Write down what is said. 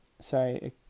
sorry